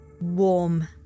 warm